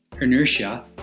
inertia